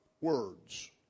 words